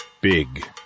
Big